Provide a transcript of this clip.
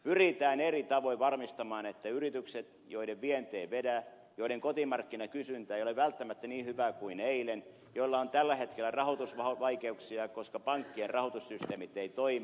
pyritään eri tavoin varmistamaan tuki yrityksille joiden vienti ei vedä joiden kotimarkkinakysyntä ei ole välttämättä niin hyvää kuin eilen joilla on tällä hetkellä rahoitusvaikeuksia koska pankkien rahoitussysteemit eivät toimi